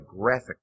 graphic